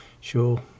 sure